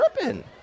tripping